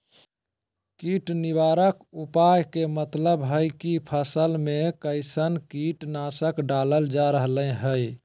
कीट निवारक उपाय के मतलव हई की फसल में कैसन कीट नाशक डालल जा रहल हई